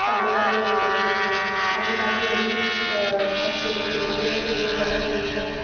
पैह्लें दा म्हौल तुस दिक्खो अजकल्ल दी जेह्ड़ी बच्चे निक्के निक्के इन्ने तेज़ न